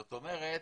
זאת אומרת,